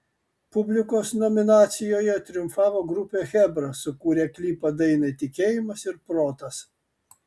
publikos nominacijoje triumfavo grupė chebra sukūrę klipą dainai tikėjimas ir protas